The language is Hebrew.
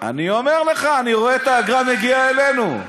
אני אומר לך, אני רואה את האגרה מגיעה אלינו.